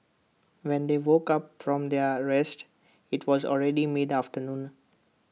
when they woke up from their rest IT was already mid afternoon